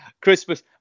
Christmas